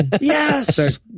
Yes